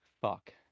Fuck